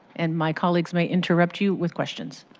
and my colleagues may interrupt you with questions.